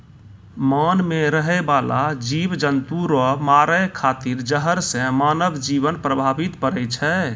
मान मे रहै बाला जिव जन्तु रो मारै खातिर जहर से मानव जिवन प्रभावित पड़ै छै